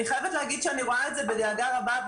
אני חייבת להגיד שאני רואה את זה בדאגה רבה.